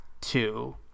two